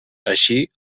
així